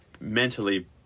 mentally